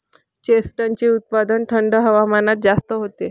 चेस्टनटचे उत्पादन थंड हवामानात जास्त होते